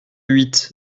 huit